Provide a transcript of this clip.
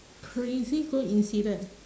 crazy coincidence